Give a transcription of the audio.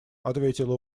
ответила